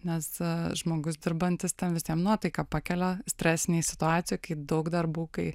nes žmogus dirbantis ten visiem nuotaiką pakelia stresinėj situacijoj kai daug darbų kai